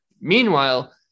Meanwhile